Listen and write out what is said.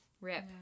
Rip